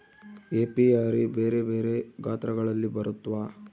apiary ಬೆರೆ ಬೆರೆ ಗಾತ್ರಗಳಲ್ಲಿ ಬರುತ್ವ